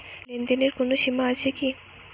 লেনদেনের কোনো সীমা আছে কি?